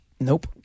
Nope